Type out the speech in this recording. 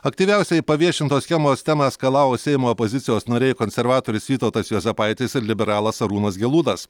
aktyviausiai paviešintos schemos temą eskalavo seimo opozicijos nariai konservatorius vytautas juozapaitis ir liberalas arūnas gelūnas